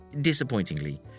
Disappointingly